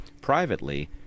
privately